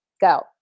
go